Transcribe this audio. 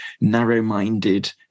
narrow-minded